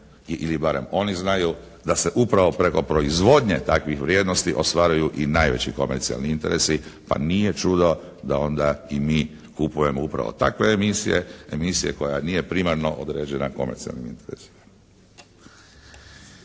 ili barem oni znaju da se upravo preko proizvodnje takvih vrijednosti ostvaruju i najveći komercijalni interesi, pa nije čudo da onda i mi kupujemo upravo takve emisije, emisije koja nije primarno određena komercijalnim interesima.